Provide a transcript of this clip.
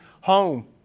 home